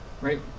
right